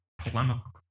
polemical